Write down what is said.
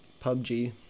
PUBG